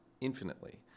infinitely